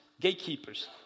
gatekeepers